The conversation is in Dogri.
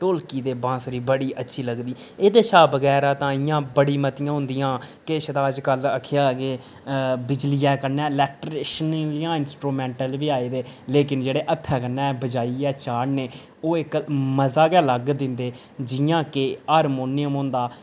ढोलकी ते बांसुरी बड़ी अच्छी लगदी एह्दे शा बगैरा तां इयां बड़ी मतियां होंदियां केछ तां अज्जकल आखेआ बिजलियै कन्नै इलैक्ट्रिशन इंस्ट्रूमैंटल बी आए दे लेकिन जेह्ड़े हत्थें कन्नै बजाइयै चाड़ने ओह् इक मज़ा गै लग्ग दिंदे जियां कि हारमोनियम होंदा